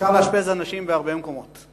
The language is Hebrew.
אפשר לאשפז אנשים בהרבה מקומות,